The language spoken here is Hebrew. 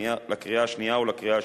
לקריאה שנייה ולקריאה שלישית.